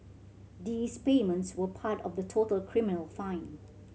these payments were part of the total criminal fine